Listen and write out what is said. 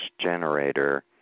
generator